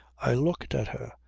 i looked at her,